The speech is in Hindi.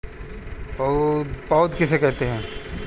पौध किसे कहते हैं?